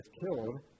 killed